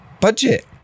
budget